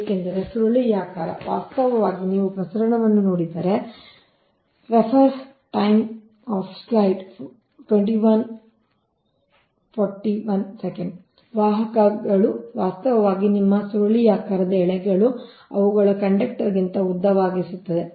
ಏಕೆಂದರೆ ಸುರುಳಿಯಾಕಾರ ವಾಸ್ತವವಾಗಿ ನೀವು ಪ್ರಸರಣವನ್ನು ನೋಡಿದರೆ ಸಮಯವನ್ನು ಉಲ್ಲೇಖಿಸಿ 2141 ವಾಹಕಗಳು ವಾಸ್ತವವಾಗಿ ನಿಮ್ಮ ಸುರುಳಿಯಾಕಾರದ ಎಳೆಗಳು ಅವುಗಳನ್ನು ಕಂಡಕ್ಟರ್ಗಿಂತ ಉದ್ದವಾಗಿಸುತ್ತದೆ